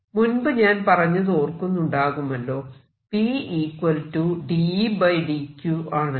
മുൻപ് ഞാൻ പറഞ്ഞതോർക്കുന്നുണ്ടാകുമല്ലോ p d Ed q ആണെന്ന്